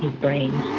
brain.